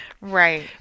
Right